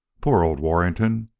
poor old warrington!